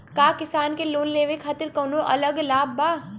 का किसान के लोन लेवे खातिर कौनो अलग लाभ बा?